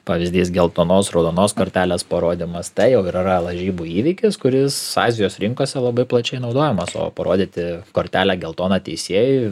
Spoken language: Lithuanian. pavyzdys geltonos raudonos kortelės parodymas tai jau ir yra lažybų įvykis kuris azijos rinkose labai plačiai naudojamas o parodyti kortelę geltoną teisėjui